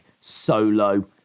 Solo